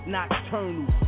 Nocturnal